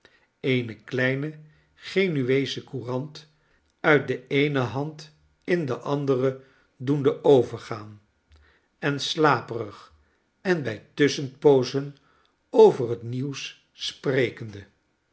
eene kleine genueesche courant uit de eene hand in de andere doende overgaan en slaperig en bij tusschenpoozen over het nieuws sprekende